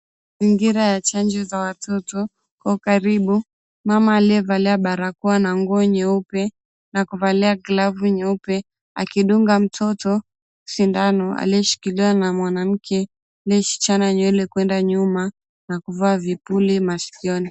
Mazingira ya chanjo za watoto. Kwa karibu, mama aliyevalia barakoa na nguo nyeupe na kuvalia glavu nyeupe akidunga mtoto sindano aliyeshikiliwa na mwanamke aliyechana nywele kuenda nyuma na kuvaa vipuli masikioni.